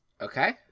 Okay